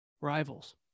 Rivals